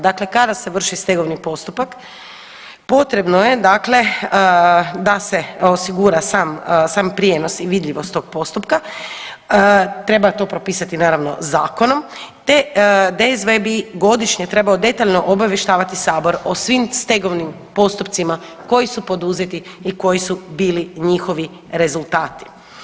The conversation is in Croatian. Dakle, kada se vrši stegovni postupak potrebno je dakle da se osigura sam, sam prijenos i vidljivost tog postupka, treba to propisati naravno zakonom, te DSV bi godišnje trebao detaljno obavještavati sabor o svim stegovnim postupcima koji su poduzeti i koji su bili njihovi rezultati.